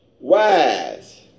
wise